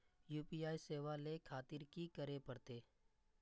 UPI सेवा ले खातिर की करे परते?